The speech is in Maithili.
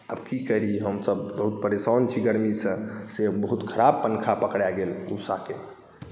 आब की करी हमसब बहुत परेशान छी गरमीसँ से बहुत खराब पँखा पकड़ा गेल उषाके